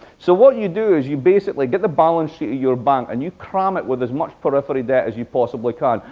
so what you do is you basically get the balance sheet of your bank and you cram it with as much periphery debt as you possibly can.